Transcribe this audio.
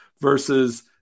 versus